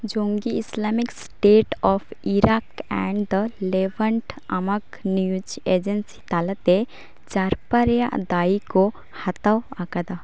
ᱡᱚᱝᱜᱤ Islamic State of Iraq and the Levant ᱟᱢᱟᱠ news agency ᱛᱟᱞᱟᱛᱮ ᱡᱟᱨᱯᱟ ᱨᱮᱭᱟᱜ ᱫᱟᱹᱭᱤ ᱦᱟᱛᱟᱣ ᱟᱠᱟᱫᱟ